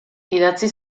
idatzi